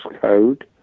code